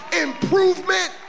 improvement